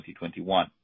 2021